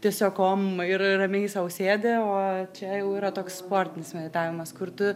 tiesiog om ir ramiai sau sėdi o čia jau yra toks sportinis meditavimas kur tu